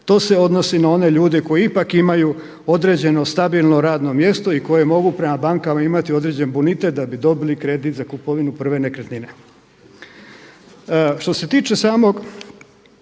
to se odnosi na one ljude koji ipak imaju određen stabilno radno mjesto i koje mogu prema bankama imati određen bonitet da bi dobili kredit za kupovinu prve nekretnine. Što se tiče samog